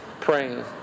praying